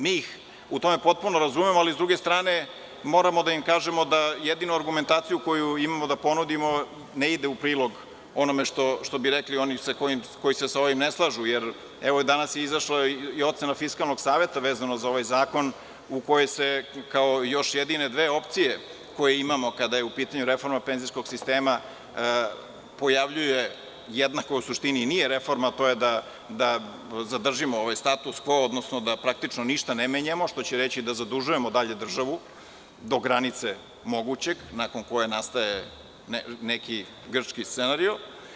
Mi ih u tome potpuno razumemo, ali s druge strane moramo da im kažemo da jedinu argumentaciju koju imamo da ponudimo ne ide u prilog onome što bi rekli oni koji se sa ovim ne slažu, jer evo danas je izašla i ocena Fiskalnog saveta veza za ovaj zakon u kojoj se kao još jedine dve opcije koje imamo, kada je u pitanju reforma penzijskog sistema pojavljuje, jedna koja u suštini i nije reforma, a to je da zadržimo ovaj status kvo, odnosno da praktično ništa ne menjamo, što će reći da zadužujemo dalje državu do granice mogućeg, nakon koje nastaje neki grčki scenario.